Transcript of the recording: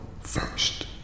first